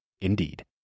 indeed